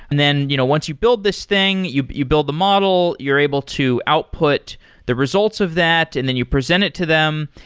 and then you know once you build this thing, you you build a model. you're able to output the results of that and then you present it to them.